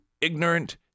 ignorant